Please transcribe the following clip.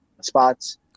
spots